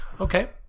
Okay